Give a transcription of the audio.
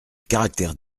caractère